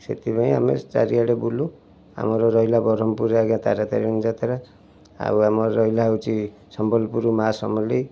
ସେଥିପାଇଁ ଆମେ ଚାରିଆଡ଼େ ବୁଲୁ ଆମର ରହିଲା ବ୍ରହ୍ମପୁର ଆଜ୍ଞା ତାରା ତାରିଣୀ ଯାତ୍ରା ଆଉ ଆମର ରହିଲା ହେଉଛି ସମ୍ବଲପୁର ମାଆ ସମଲେଇ